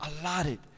allotted